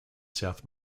south